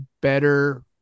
better